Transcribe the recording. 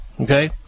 Okay